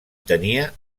tenia